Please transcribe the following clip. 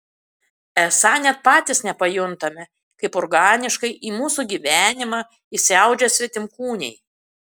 esą net patys nepajuntame kaip organiškai į mūsų gyvenimą įsiaudžia svetimkūniai